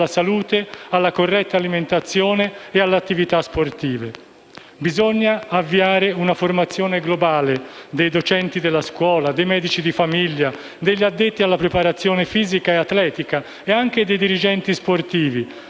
alla salute, alla corretta alimentazione ed alle attività sportive. Bisogna avviare una formazione globale dei docenti della scuola, dei medici di famiglia, degli addetti alla preparazione fisica e atletica e anche dei dirigenti sportivi,